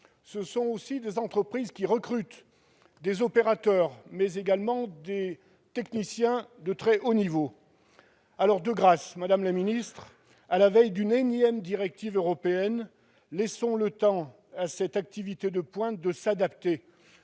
Ce sont aussi des entreprises qui recrutent des opérateurs, mais également des techniciens de très haut niveau. Alors, de grâce, madame la secrétaire d'État, à la veille d'une énième directive européenne, laissons le temps à cette activité de pointe de s'adapter.